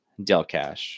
Delcash